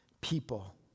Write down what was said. people